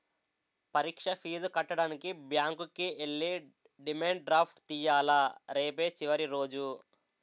పరీక్ష ఫీజు కట్టడానికి బ్యాంకుకి ఎల్లి డిమాండ్ డ్రాఫ్ట్ తియ్యాల రేపే చివరి రోజు